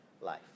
life